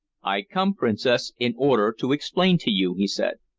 i come, princess, in order to explain to you, he said.